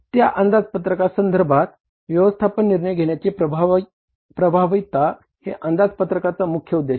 तर त्या अंदाजपत्रका संधर्भात व्यवस्थापन निर्णय घेण्याची प्रभावीता हे अंदाजपत्रकाचा मुख्य उद्देश आहे